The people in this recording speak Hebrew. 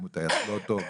האם הוא טייס לא טוב,